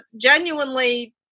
genuinely